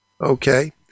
Okay